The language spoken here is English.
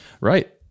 Right